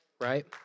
Right